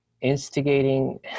instigating